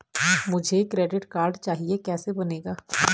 मुझे credit card चाहिए कैसे बनेगा?